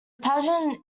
pageant